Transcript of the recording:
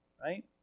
right